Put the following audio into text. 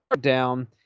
down